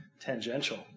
tangential